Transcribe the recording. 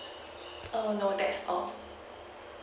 err no that's all